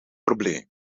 probleem